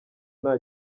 nta